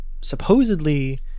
supposedly